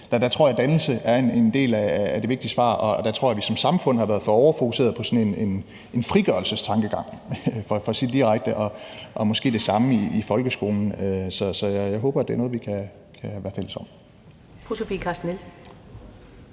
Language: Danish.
Der tror jeg da, at dannelse er en vigtig del af svaret, og der tror jeg, at vi som samfund har været for fokuserede på sådan en frigørelsestankegang for at sige det direkte. Og måske gælder det samme i folkeskolen. Så jeg håber, at det er noget, vi kan være fælles om.